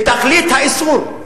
בתכלית האיסור.